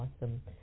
awesome